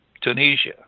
Tunisia